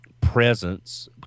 presence